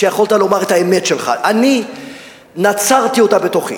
שיכולת לומר את האמת שלך, אני נצרתי אותה בתוכי,